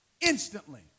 Instantly